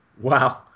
Wow